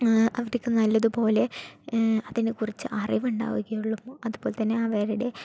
അവർക്ക് നല്ലതുപോലെ അതിന്നു കുറച്ച് അറിവ് ഉണ്ടാകുകയുള്ളൂ അതുപോലെതന്നെ